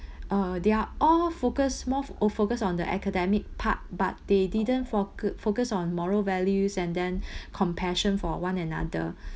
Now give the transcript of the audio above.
uh they are all focus more oh focused on the academic part but they didn't focus focus on moral values and then compassion for one another